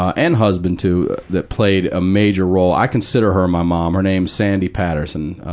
and husband too, that played a major role i consider her my mom, her name's sandy patterson.